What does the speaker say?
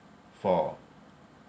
for